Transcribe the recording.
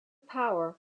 power